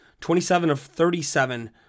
27-of-37